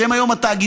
שהם היום התאגידים,